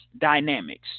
dynamics